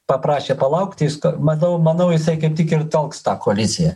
paprašė palaukt jis manau manau jisai kaip tik ir telks tą koaliciją